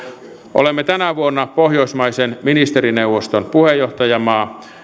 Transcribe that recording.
olemme tänä vuonna pohjoismaiden ministerineuvoston puheenjohtajamaa